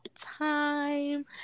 time